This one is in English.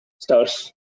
stars